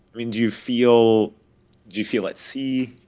i mean, do you feel you feel at sea?